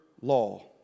law